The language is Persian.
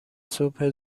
صبح